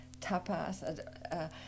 tapas